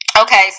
Okay